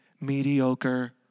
mediocre